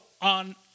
on